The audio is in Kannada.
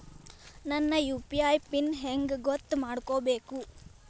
ನನ್ನ ಯು.ಪಿ.ಐ ಪಿನ್ ಹೆಂಗ್ ಗೊತ್ತ ಮಾಡ್ಕೋಬೇಕು?